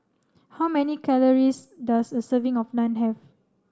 how many calories does a serving of Naan have